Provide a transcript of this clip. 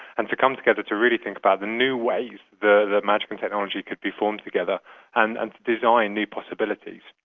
and to come together to really think about the new ways that magic and technology could be formed together and and to design new possibilities.